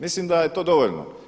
Mislim da je to dovoljno.